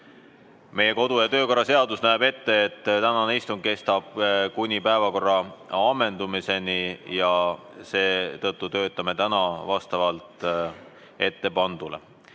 Meie kodu‑ ja töökorra seadus näeb ette, et tänane istung kestab kuni päevakorra ammendumiseni ja seetõttu töötame täna vastavalt ettepandule.